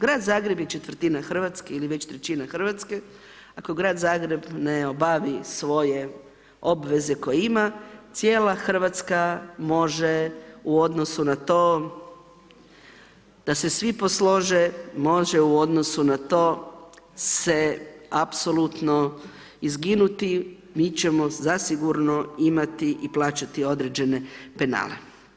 Grad Zagreb je četvrtina Hrvatske ili već trećina Hrvatske ako Grad Zagreb ne obavi svoje obveze koje ima cijela Hrvatska može u odnosu na to da se svi poslože, može u odnosu na to se apsolutno izginuti mi ćemo zasigurno imati i plaćati određene penale.